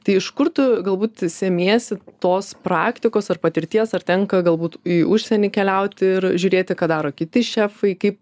tai iš kur tu galbūt semiesi tos praktikos ar patirties ar tenka galbūt į užsienį keliauti ir žiūrėti ką daro kiti šefai kaip